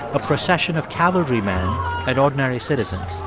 a procession of cavalry man and ordinary citizens.